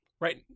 right